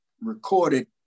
recorded